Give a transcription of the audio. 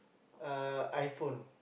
uh iPhone